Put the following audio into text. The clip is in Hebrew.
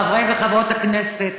חברי וחברות הכנסת,